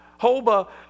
Hoba